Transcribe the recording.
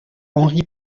henri